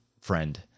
friend